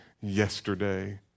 yesterday